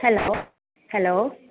hello